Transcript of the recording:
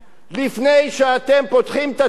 לפני שאתם פותחים את התיק,